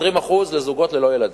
20% לזוגות ללא ילדים.